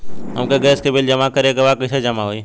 हमके गैस के बिल जमा करे के बा कैसे जमा होई?